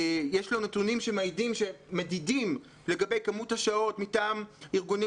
יש לו נתונים מדידים לגבי כמות השעות מטעם ארגונים